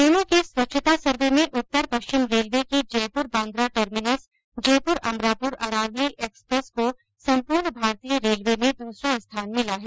ट्रेनों के स्वच्छता सर्वे में उत्तर पश्चिम रेलवे की जयपुर बांद्रा टर्मिनस जयपुर अमरापुर अरावली एक्सप्रेस को सम्पूर्ण भारतीय रेलवे में दूसरा स्थान मिला है